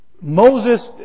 Moses